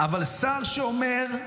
אבל שר שאומר: